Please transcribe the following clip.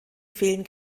fehlen